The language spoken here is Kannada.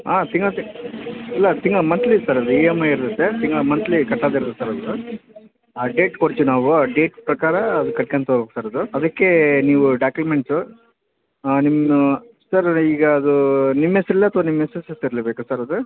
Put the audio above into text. ಹಾಂ ತಿಂಗ್ಳು ತಿಂಗ್ ಇಲ್ಲ ತಿಂಗ್ಳು ಮಂತ್ಲಿ ಸರ್ ಅದು ಇ ಎಮ್ ಐ ಇರುತ್ತೆ ತಿಂಗ್ಳು ಮಂತ್ಲಿ ಕಟ್ಟೋದು ಇರುತ್ತೆ ಸರ್ ಅದು ಆ ಡೇಟ್ ಕೊಡ್ತಿವಿ ನಾವು ಆ ಡೇಟ್ ಪ್ರಕಾರ ಅದು ಕಟ್ಕೊಂತ ಹೋಗ್ತ ಇರೋದು ಅದಕ್ಕೆ ನೀವು ಡಾಕ್ಯುಮೆಂಟು ಹಾಂ ನಿಮ್ಮನ್ನು ಸರ್ ಈಗ ಅದು ನಿಮ್ಮ ಹೆಸ್ರಲ್ಲಾ ಅಥ್ವಾ ನಿಮ್ಮ ಮಿಸ್ಸಸ್ ಹೆಸರಲ್ಲಿ ಬೇಕಾ ಸರ್ ಅದು